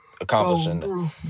accomplishing